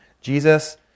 Jesus